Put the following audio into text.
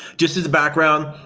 just as background,